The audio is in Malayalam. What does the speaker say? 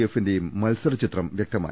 എ ഫിന്റെയും മത്സരചിത്രം വ്യക്തമായി